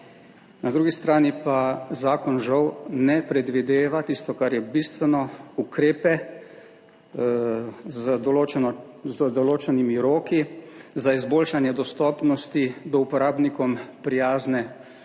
Na drugi strani pa zakon žal ne predvideva tistega, kar je bistveno, ukrepov z določenimi roki za izboljšanje dostopnosti do uporabnikom prijazne